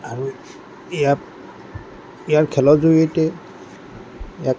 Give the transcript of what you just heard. আৰু ইয়াত ইয়াত খেলৰ জৰিয়তে ইয়াত